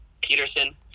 Peterson